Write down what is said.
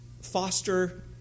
foster